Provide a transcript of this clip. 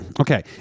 okay